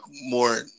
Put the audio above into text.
more